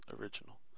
original